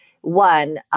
one